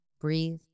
Breathe